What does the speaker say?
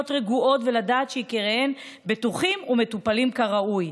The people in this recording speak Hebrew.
רגועות ולדעת שיקיריהן בטוחים ומטופלים כראוי.